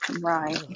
right